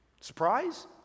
Surprise